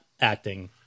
acting